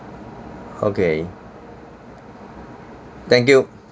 okay thank you